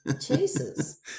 Jesus